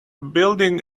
building